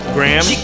Graham